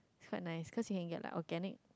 quite nice cause you can get like organic